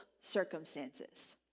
circumstances